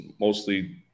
mostly